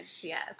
Yes